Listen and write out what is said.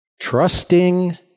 Trusting